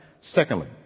Secondly